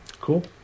Cool